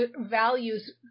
values